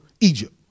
Egypt